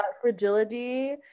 fragility